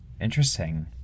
Interesting